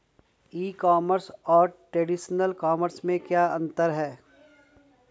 ई commerce और traditional commerce में क्या अंतर है?